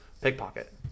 pickpocket